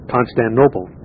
Constantinople